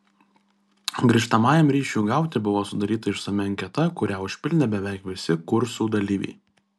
grįžtamajam ryšiui gauti buvo sudaryta išsami anketa kurią užpildė beveik visi kursų dalyviai